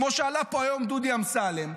כמו שעלה פה היום דודי אמסלם.